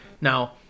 now